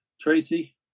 Tracy